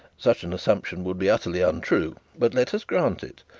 such an assumption would be utterly untrue but let us grant it,